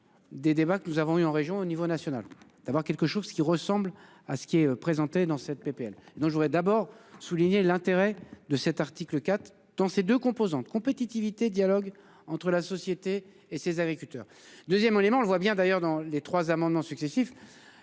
Des débats que nous avons eu en région au niveau national, d'avoir quelque chose qui ressemble à ce qui est présenté dans cette PPL non je voudrais d'abord souligner l'intérêt de cet article 4 dans ses 2 composantes compétitivité dialogue entre la société et ses agriculteurs 2ème au Liban, on le voit bien d'ailleurs dans les trois amendements successifs.